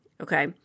Okay